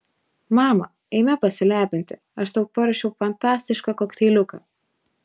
mama eime pasilepinti aš tau paruošiau fantastišką kokteiliuką